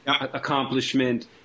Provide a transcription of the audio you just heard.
accomplishment